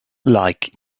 like